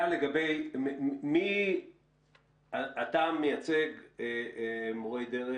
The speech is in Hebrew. אתה מייצג מורי דרך.